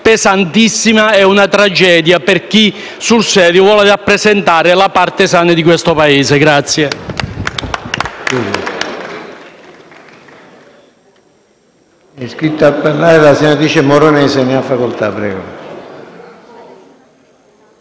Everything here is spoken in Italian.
pesantissima e una tragedia per chi sul serio vuole rappresentare la parte sana di questo Paese.